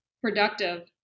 productive